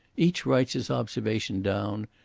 each writes his observation down,